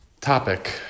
Topic